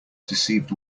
deceived